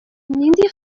нинди